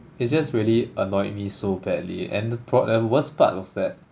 it just really annoyed me so badly and the pro~ and the worst part was that